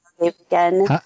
Again